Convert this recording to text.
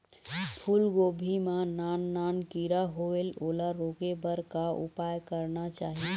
फूलगोभी मां नान नान किरा होयेल ओला रोके बर का उपाय करना चाही?